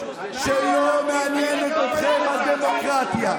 שלא מעניינת אתכם הדמוקרטיה,